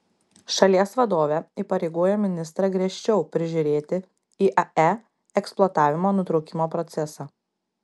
šalies vadovė įpareigojo ministrą griežčiau prižiūrėti iae eksploatavimo nutraukimo procesą